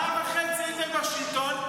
שנה וחצי הייתם בשלטון,